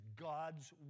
God's